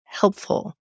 helpful